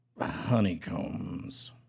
Honeycombs